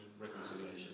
reconciliation